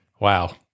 Wow